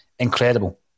Incredible